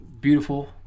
beautiful